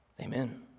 Amen